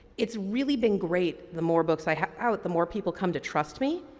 it's really been great, the more books i have out the more people come to trust me.